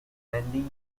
mainly